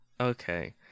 Okay